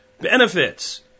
Benefits